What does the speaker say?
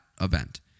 event